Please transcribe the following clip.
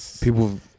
people